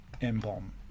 M-bomb